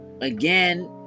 again